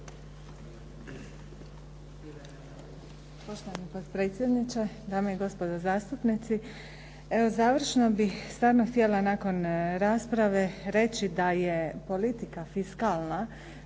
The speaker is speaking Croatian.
Poštovani potpredsjedniče, dame i gospodo zastupnici. Evo, završno bih samo htjela nakon rasprave reći da je politika fiskalna